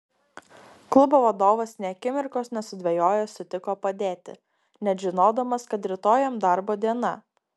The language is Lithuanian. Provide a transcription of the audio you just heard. klubo vadovas nė akimirkos nesudvejojęs sutiko padėti net žinodamas kad rytoj jam darbo diena